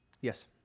Yes